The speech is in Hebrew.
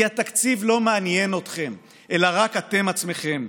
כי התקציב לא מעניין אתכם אלא רק אתם עצמכם,